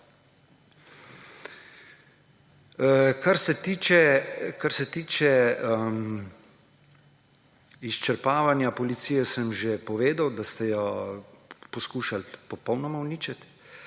Kar se tiče izčrpavanja policije, sem že povedal, da ste jo poskušali popolnoma uničiti.